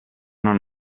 non